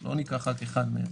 לא ניקח רק אחד מהם.